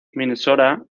minnesota